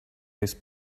his